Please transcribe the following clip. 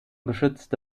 geschützte